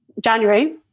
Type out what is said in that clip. January